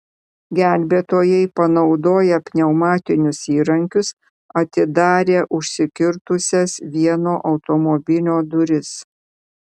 gelbėtojai panaudoję pneumatinius įrankius atidarė užsikirtusias vieno automobilio duris